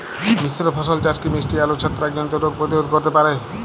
মিশ্র ফসল চাষ কি মিষ্টি আলুর ছত্রাকজনিত রোগ প্রতিরোধ করতে পারে?